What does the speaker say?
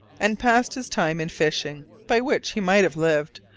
and passed his time in fishing, by which he might have lived,